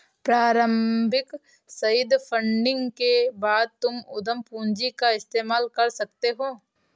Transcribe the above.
प्रारम्भिक seed funding के बाद तुम उद्यम पूंजी का इस्तेमाल कर सकते हो